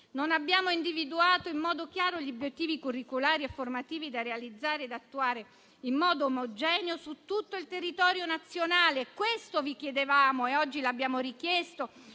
Non abbiamo individuato in modo chiaro gli obiettivi curriculari e formativi da realizzare ed attuare in modo omogeneo su tutto il territorio nazionale. Questo vi chiedevamo e oggi l'abbiamo richiesto